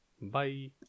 Bye